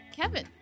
Kevin